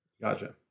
Gotcha